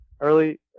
Early